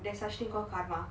there's such thing called karma